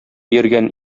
йөргән